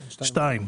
(2)